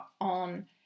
on